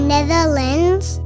Netherlands